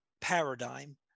paradigm